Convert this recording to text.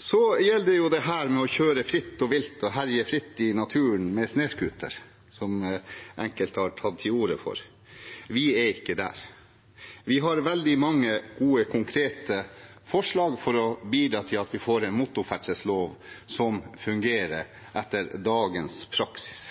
Så gjelder det dette med å kjøre fritt og vilt og herje fritt i naturen med snøscooter, som enkelte har tatt til orde for. Vi er ikke der. Vi har veldig mange gode, konkrete forslag for å bidra til at vi får en motorferdsellov som fungerer etter dagens praksis.